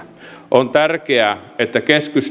on tärkeää että